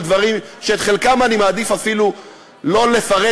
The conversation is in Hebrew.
דברים שאת חלקם אני מעדיף אפילו לא לפרט,